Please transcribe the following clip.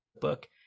book